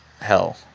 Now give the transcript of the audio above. hell